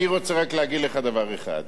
אני רוצה רק להגיד לך דבר אחד.